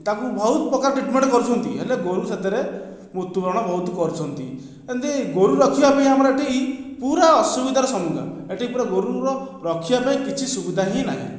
ତାଙ୍କୁ ବହୁତ ପ୍ରକାର ଟ୍ରିଟ୍ମେଣ୍ଟ କରୁଛନ୍ତି ହେଲେ ଗୋରୁ ସେଥିରେ ମୃତ୍ୟୁବରଣ ବହୁତ କରୁଛନ୍ତି ଏମିତି ଗୋରୁ ରଖିବାପାଇଁ ଆମର ଏଠି ପୂରା ଅସୁବିଧାର ସମ୍ମୁଖୀନ ଏଠି ପୂରା ଗୋରୁର ରଖିବାପାଇଁ କିଛି ସୁବିଧା ହିଁ ନାହିଁ